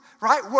right